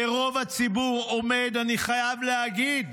ורוב הציבור עומד, אני חייב להגיד,